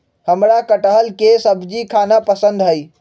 हमरा कठहल के सब्जी खाना पसंद हई